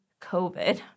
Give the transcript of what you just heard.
COVID